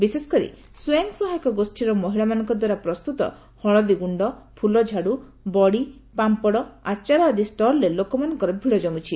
ବିଶେଷକରି ସ୍ୱୟଂ ସହାୟକ ଗୋଷୀର ମହିଳାମାନଙ୍କ ଦ୍ୱାରା ପ୍ରସ୍ତୁତ ହଳଦୀଗୁଶ୍ଡ ପୁଲଝାଡୁ ବଡ଼ି ପାମ୍ପଡ଼ ଆଚାର ଆଦି ଷ୍ଟଲ୍ରେ ଲୋକମାନଙ୍କର ଭିଡ଼ ଜମୁଛି